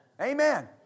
Amen